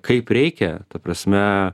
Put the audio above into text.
kaip reikia ta prasme